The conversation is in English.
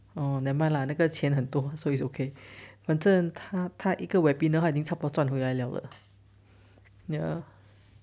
oh never mind lah 那个钱很多 so is okay 反正他他一个 webinar 都已经差不多赚回来了了 ya